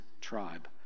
tribe